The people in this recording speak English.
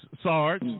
Sarge